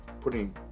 putting